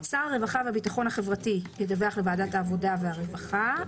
שר הרווחה והביטחון החברתי ידווח לוועדת העבודה והרווחה.